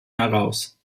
heraus